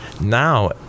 now